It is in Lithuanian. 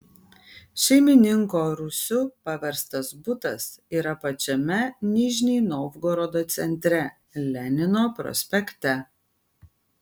šeimininko rūsiu paverstas butas yra pačiame nižnij novgorodo centre lenino prospekte